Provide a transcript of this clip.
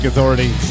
Authority